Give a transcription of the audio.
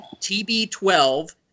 TB12